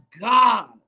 God